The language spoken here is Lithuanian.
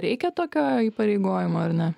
reikia tokio įpareigojimo ar ne